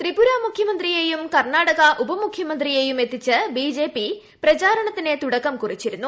ത്രിപുര മുഖ്യമന്ത്രിയേയും കർണാട്ടുകി ഉപ്പമുഖ്യമന്ത്രിയേയും എത്തിച്ച് ബി ജെ പി പ്രചാരണത്തിന് തുടക്കം കുറിച്ചിരുന്നു